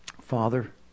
Father